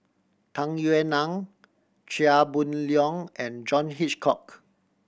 Tung Yue Nang Chia Boon Leong and John Hitchcock